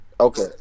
Okay